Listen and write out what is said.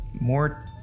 more